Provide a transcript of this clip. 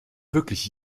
wirklich